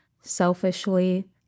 Selfishly